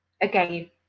again